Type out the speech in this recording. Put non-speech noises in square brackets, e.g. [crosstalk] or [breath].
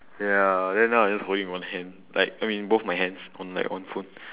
ya then now I just holding on one hand like I mean both my hands on like one phone [breath]